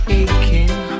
aching